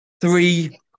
Three